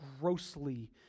grossly